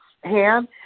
hand